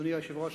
אדוני היושב-ראש,